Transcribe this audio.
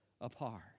apart